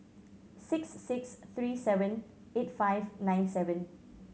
six six three seven eight five nine seven